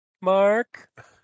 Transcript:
Mark